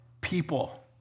people